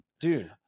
Dude